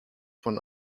von